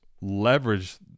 leverage